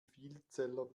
vielzeller